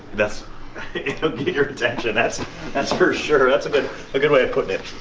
that's it'll get your attention. that's that's for sure. that's a good ah good way of putting it.